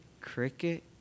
cricket